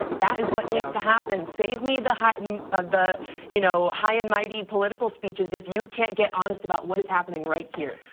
that is what needs to happen. save me the high and ah the you know high and mighty political speeches if you can't get honest about what is happening right here.